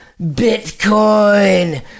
Bitcoin